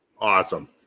awesome